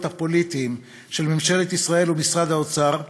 הפוליטיים של ממשלת ישראל ומשרד האוצר,